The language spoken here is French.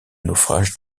naufrage